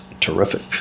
terrific